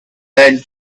that